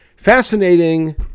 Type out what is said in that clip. Fascinating